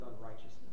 unrighteousness